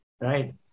Right